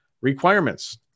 requirements